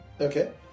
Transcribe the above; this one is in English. Okay